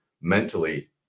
mentally